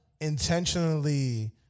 intentionally